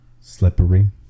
Slippery